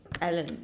Ellen